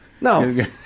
no